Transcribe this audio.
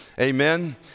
Amen